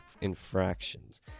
infractions